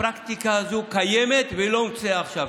הפרקטיקה הזו קיימת והיא לא הומצאה עכשיו.